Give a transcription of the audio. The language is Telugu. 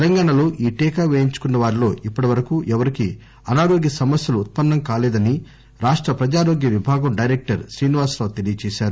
తెలంగాణలో ఈ టీకా పేయించుకున్న వారిలో ఇప్పటి వరకు ఎవరికీ అనారోగ్య సమస్యలు ఉత్పన్నం కాలేదని రాష్ట ప్రజారోగ్య విభాగం డైరెక్టర్ శ్రీనివాసరావు తెలియజేశారు